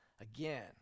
Again